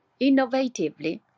innovatively